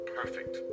perfect